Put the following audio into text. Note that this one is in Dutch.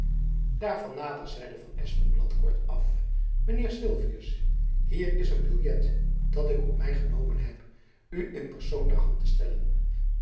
nader zeide van espenblad kortaf mijn heer sylvius hier is een biljet dat ik op my genomen heb u in persoon ter hand te stellen